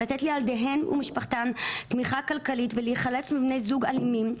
לתת לילדיהן ומשפחתן תמיכה כלכלית ולהילחץ מבני זוג אלימים.